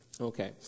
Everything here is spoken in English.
Okay